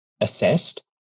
assessed